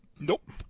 Nope